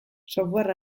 software